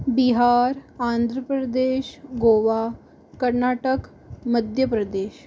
Bihar Andhra Pradesh Goa Karnataka Madhya Pradesh